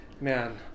man